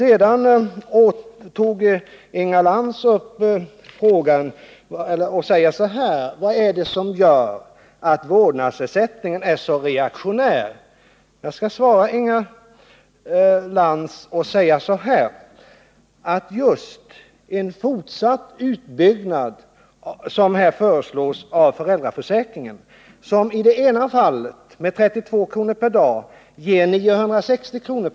Inga Lantz frågade: Vad är det som gör att vårdnadsersättningen är så reaktionär? På det skall jag svara så här: En fortsatt utbyggnad av föräldraförsäkringen, som här föreslås och som i det ena fallet med 32 kr. per dag ger 960 kr.